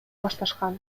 башташкан